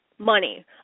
Money